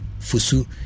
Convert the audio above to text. fusu